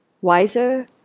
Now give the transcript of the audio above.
wiser